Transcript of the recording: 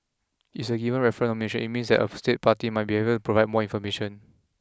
if it is given a referral of nomination it means that a state party may have to provide more information